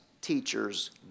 teachers